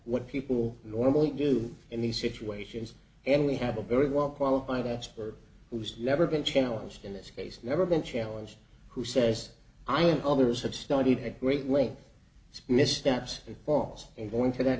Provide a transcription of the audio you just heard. what people normally do in these situations and we have a very well qualified as for who's never been challenged in this case never been challenged who says i and others have studied at great length as missteps and falls into that